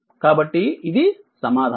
కాబట్టి ఇది సమాధానం